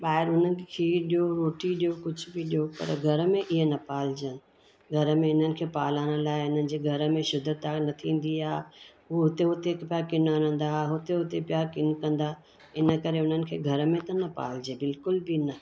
ॿाहिरि उन्हनि खे खीर ॾियो रोटी ॾियो कुझ बि ॾियो पर घर में इहे न पालजनि घर में हिननि खे पालण लाइ हिननि जे घर में शुद्धता न थींदी आहे उहो हुते हुते पिया किन हणंदा हुते हुते पिया किन कंदा इन करे उन्हनि खे घर में त न पालिजे बिल्कुल बि न